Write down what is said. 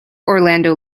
orlando